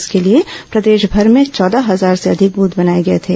इसके लिए प्रदेशभर में चौदह हजार से अधिक बूथ बनाए गए थे